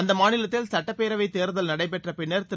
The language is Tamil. அந்த மாநிலத்தில் சட்டப் பேரவைத் தேர்தல் நடைபெற்ற பின்னர் திரு